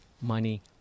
money